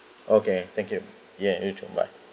okay thank you yeah you too bye